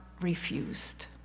refused